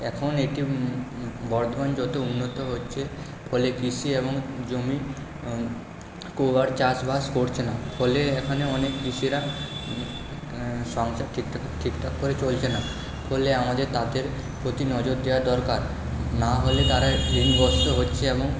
এখন এটি বর্ধমান যতো উন্নত হচ্ছে ফলে কৃষি এবং জমি চাষবাস করছে না ফলে এখানে অনেক কৃষিরা সংসার ঠিক ঠাক ঠিক ঠাক করে চলছে না ফলে আমাদের তাদের প্রতি নজর দেওয়া দরকার না হলে তারা হচ্ছে